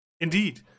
Indeed